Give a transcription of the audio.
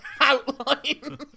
outline